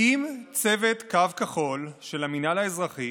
האם צוות קו כחול של המינהל האזרחי